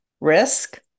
risk